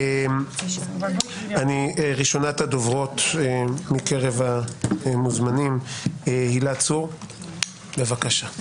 ראשונת הדוברות מקרב המוזמנים, הילה צור, בבקשה.